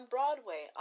Broadway